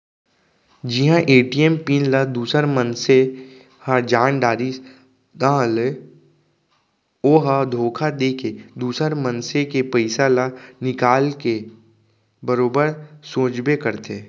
जिहां ATM pin ल दूसर मनसे ह जान डारिस ताहाँले ओ ह धोखा देके दुसर मनसे के पइसा ल निकाल के बरोबर सोचबे करथे